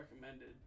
recommended